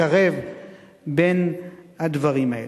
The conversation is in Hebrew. לקרב בין הדברים האלה.